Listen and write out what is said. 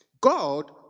God